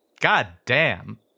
goddamn